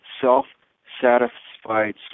self-satisfied